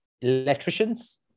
electricians